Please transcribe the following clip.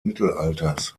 mittelalters